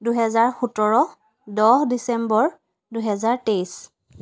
দুহেজাৰ সোতৰ দহ ডিচেম্বৰ দুহেজাৰ তেইছ